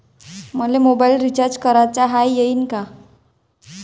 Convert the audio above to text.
मले mobile recharge कराचा हाय, होईनं का?